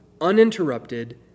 uninterrupted